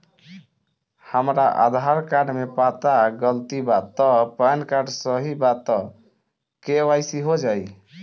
हमरा आधार कार्ड मे पता गलती बा त पैन कार्ड सही बा त के.वाइ.सी हो जायी?